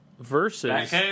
Versus